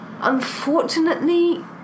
unfortunately